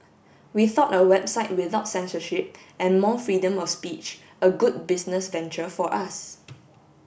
we thought a website without censorship and more freedom of speech a good business venture for us